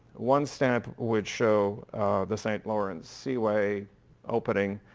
one stamp would show the st. lawrence seaway opening,